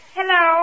hello